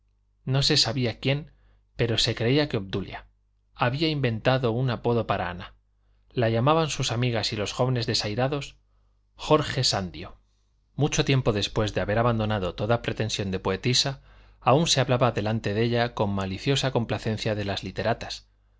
no se sabía quién pero se creía que obdulia había inventado un apodo para ana la llamaban sus amigas y los jóvenes desairados jorge sandio mucho tiempo después de haber abandonado toda pretensión de poetisa aún se hablaba delante de ella con maliciosa complacencia de las literatas